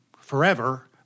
forever